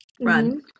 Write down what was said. Run